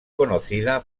conocida